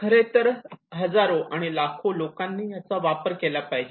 खरेतर हजारो आणि लाखो लोकांनी याचा वापर केला पाहिजे